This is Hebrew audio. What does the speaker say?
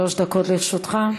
שלוש דקות לרשותך.